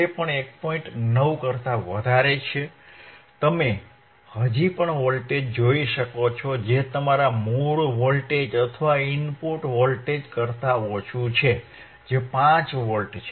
9 કરતા વધારે છે તમે હજી પણ વોલ્ટેજ જોઈ શકો છો જે તમારા મૂળ વોલ્ટેજ અથવા ઇનપુટ સિગ્નલ કરતા ઓછું છે જે 5 વોલ્ટ છે